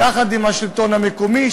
יחד עם השלטון המקומי,